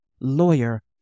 lawyer